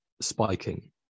spiking